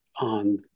on